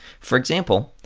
for example,